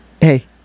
Hey